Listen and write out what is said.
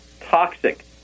toxic